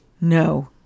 no